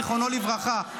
זיכרונו לברכה.